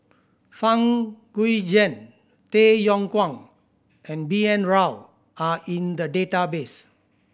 Fang Guixiang Tay Yong Kwang and B N Rao are in the database